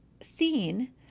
seen